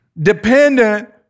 dependent